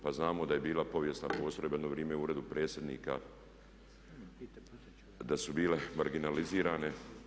Pa znamo da je bila povijesna postrojba jedno vrijeme u Uredu predsjednika da su bile marginalizirane.